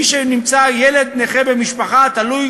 מי שיש לו ילד נכה במשפחה התלוי